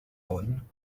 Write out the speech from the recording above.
hwn